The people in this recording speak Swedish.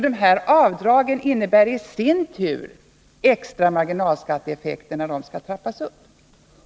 De här avdragen innebär nämligen i sin tur extra marginalskatteeffekter när de skall trappas av.